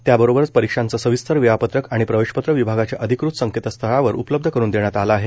त्याचबरोबर परीक्षांचं सविस्तर वेळापत्रक आणि प्रवेशपत्र विभागाच्या अधिकृत संकेतस्थळावर उपलब्ध करुन देण्यात आलं आहे